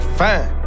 fine